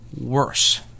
worse